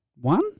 one